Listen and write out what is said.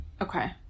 Okay